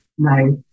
Nice